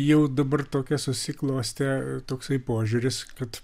jau dabar tokia susiklostė toksai požiūris kad